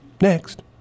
next